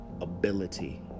ability